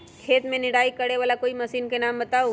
खेत मे निराई करे वाला कोई मशीन के नाम बताऊ?